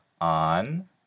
on